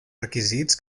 requisits